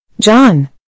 John